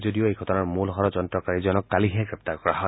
যদিও এই ঘটনাৰ মূল ষড্যন্ত্ৰকাৰীজনক কালিহে গ্ৰেপ্তাৰ কৰা হয়